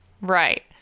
Right